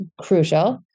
crucial